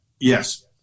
yes